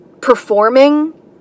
performing